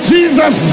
Jesus